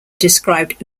described